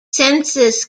census